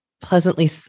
pleasantly